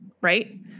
right